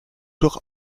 doch